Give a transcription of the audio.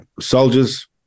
soldiers